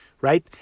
right